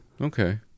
Okay